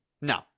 No